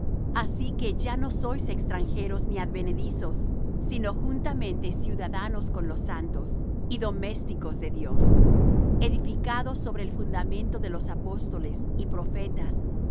así que ya no sois extranjeros ni advenedizos sino juntamente ciudadanos con los santos y domésticos de dios edificados sobre el fundamento de los apóstoles y profetas